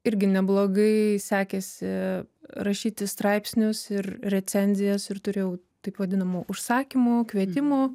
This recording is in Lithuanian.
irgi neblogai sekėsi rašyti straipsnius ir recenzijas ir turėjau taip vadinamų užsakymų kvietimų